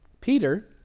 Peter